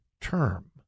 term